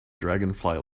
dragonfly